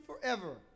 forever